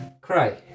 Cry